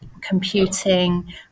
computing